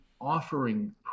offering